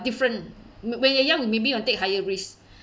different when when you are young you maybe want to take higher risk